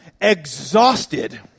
exhausted